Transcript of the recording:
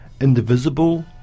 indivisible